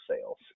sales